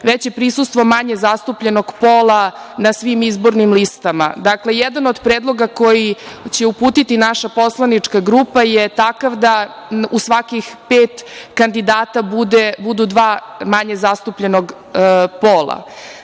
veće prisustvo manje zastupljenog pola na svim izbornim listama. Dakle, jedan od predloga, koji će uputiti naša poslanička grupa, je takav da u svakih pet kandidata budu dva manje zastupljenog pola.